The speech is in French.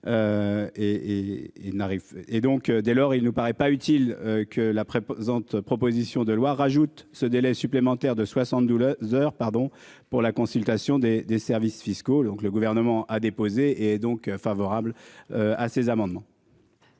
et donc, dès lors, il ne paraît pas utile que la présente, proposition de loi rajoute ce délai supplémentaire de 72 heures, pardon pour la consultation des des services fiscaux. Donc le gouvernement a déposé et donc favorable. À ces amendements.